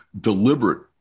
deliberate